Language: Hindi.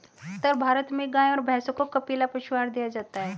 उत्तर भारत में गाय और भैंसों को कपिला पशु आहार दिया जाता है